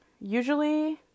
usually